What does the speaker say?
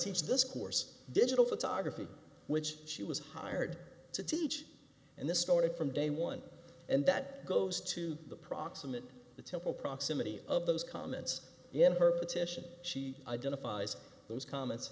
teach this course digital photography which she was hired to teach in this story from day one and that goes to the proximate the temple proximity of those comments in her petition she identifies those comments